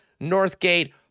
Northgate